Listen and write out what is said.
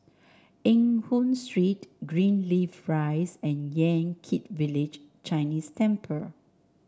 Eng Hoon Street Greenleaf Rise and Yan Kit Village Chinese Temple